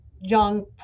Young